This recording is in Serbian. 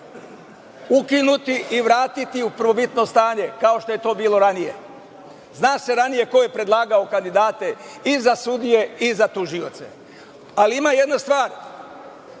Ukinuti i vratiti u prvobitno stanje, kao što je to bilo ranije. Zna se ranije ko je predlagao kandidate i za sudije i za tužioce. Ali, ima jedna stvar